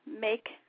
make